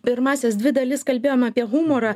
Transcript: pirmąsias dvi dalis kalbėjom apie humorą